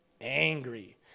Angry